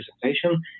presentation